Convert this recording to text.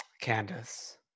Candace